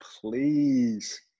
please